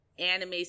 anime